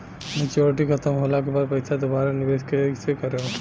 Maturity खतम होला के बाद पईसा दोबारा निवेश कइसे करेम?